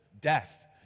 Death